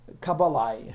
Kabbalah